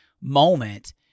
moment